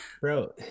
Bro